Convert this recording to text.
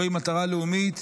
זוהי מטרה לאומית,